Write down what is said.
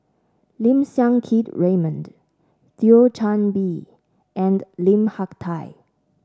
Lim Siang Keat Raymond Thio Chan Bee and Lim Hak Tai